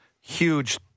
huge